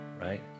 Right